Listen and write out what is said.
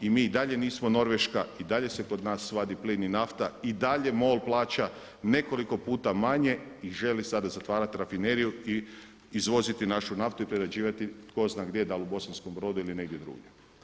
I mi i dalje nismo Norveška, i dalje se kod nas vadi plin i nafta, i dalje MOL plaća nekoliko puta manje i želi sada zatvarati rafineriju i izvoziti našu naftu i prerađivati ko zna gdje, dal u Bosanskom brodu ili negdje drugdje.